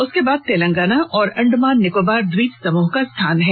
उसके बाद तेलंगाना और अंडमान निकोबार द्वीप समूह का स्थान है